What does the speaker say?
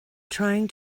trying